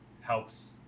helps